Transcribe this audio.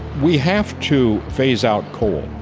we have to phase out coal,